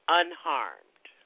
unharmed